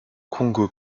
congo